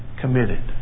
Committed